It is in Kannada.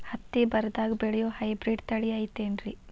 ಹತ್ತಿ ಬರದಾಗ ಬೆಳೆಯೋ ಹೈಬ್ರಿಡ್ ತಳಿ ಐತಿ ಏನ್ರಿ?